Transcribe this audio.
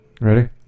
Ready